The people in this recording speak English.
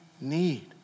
need